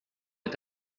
est